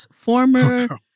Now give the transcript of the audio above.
former